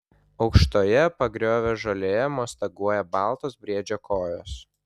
aukštoje pagriovio žolėje mostaguoja baltos briedžio kojos